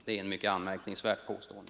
Det är ett mycket anmärkningsvärt uttalande.